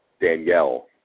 Danielle